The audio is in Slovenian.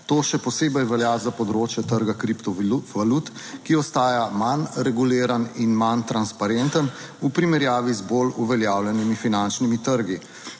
To še posebej velja za področje trga kripto valut, ki ostaja manj reguliran in manj transparenten v primerjavi z bolj uveljavljenimi finančnimi trgi.